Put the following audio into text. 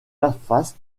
asphalte